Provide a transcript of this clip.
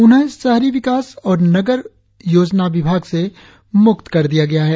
उन्हें शहरी विकास और नगर योजना विभाग से मुक्त कर दिया गया है